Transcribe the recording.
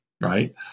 right